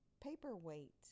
paperweight